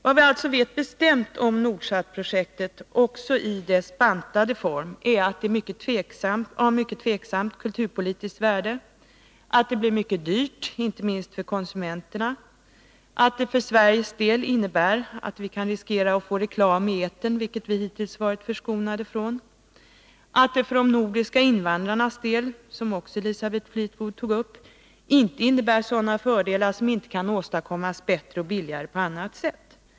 Vad vi alltså vet bestämt om Nordsatprojektet, också i dess bantade form, är att det har ett mycket tvivelaktigt kulturpolitiskt värde, att det blir mycket dyrt, inte minst för konsumenterna, att det för Sveriges del innebär att vi riskerar att få reklam i etern, vilket vi hittills varit förskonade från och att det för de nordiska invandrarna, som också Elisabeth Fleetwood berörde, inte innebär fördelar som inte kan åstadkommas bättre och billigare på annat sätt.